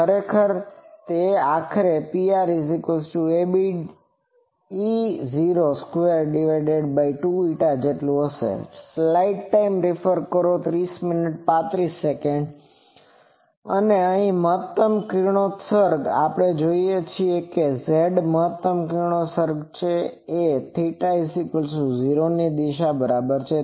તેથી આખરે તે હશે PrabE022η અને મહત્તમ કિરણોત્સર્ગ આપણે જાણીએ છીએ z પર મહત્તમ કિરણોત્સર્ગ એ એક θ0 દિશાની બરાબર છે